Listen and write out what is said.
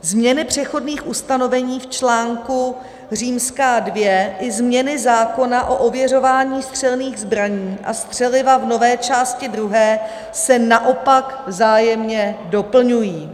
Změny přechodných ustanovení v článku II i změny zákona o ověřování střelných zbraní a střeliva v nové části druhé se naopak vzájemně doplňují.